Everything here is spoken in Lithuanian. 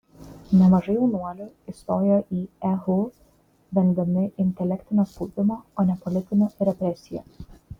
nemažai jaunuolių įstojo į ehu vengdami intelektinio spaudimo o ne politinių represijų